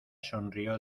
sonrió